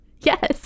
Yes